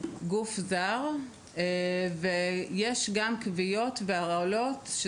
גוף זר; וגם כוויות והרעלות.